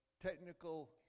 technical